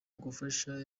gufasha